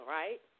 right